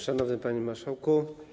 Szanowny Panie Marszałku!